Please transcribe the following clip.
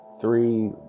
three